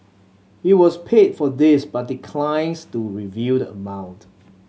he was paid for this but declines to reveal the amount